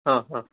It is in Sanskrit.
हा हा